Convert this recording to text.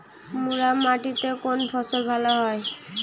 মুরাম মাটিতে কোন ফসল ভালো হয়?